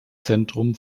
zentrum